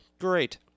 great